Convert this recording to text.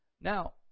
Now